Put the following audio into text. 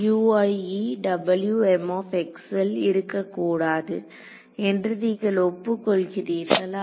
ல் இருக்கக் கூடாது என்று நீங்கள் ஒப்புக் கொள்கிறீர்களா